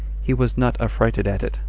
he was not affrighted at it,